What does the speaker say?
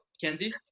kenzie